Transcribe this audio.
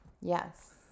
Yes